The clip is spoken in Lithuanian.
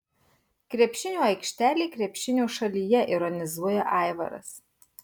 krepšinio aikštelė krepšinio šalyje ironizuoja aivaras